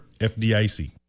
FDIC